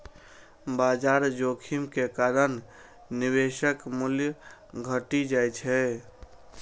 बाजार जोखिम के कारण निवेशक मूल्य घटि जाइ छै